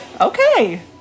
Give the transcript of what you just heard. Okay